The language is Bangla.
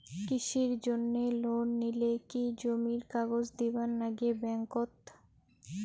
কৃষির জন্যে লোন নিলে কি জমির কাগজ দিবার নাগে ব্যাংক ওত?